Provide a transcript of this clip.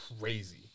crazy